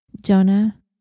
Jonah